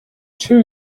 two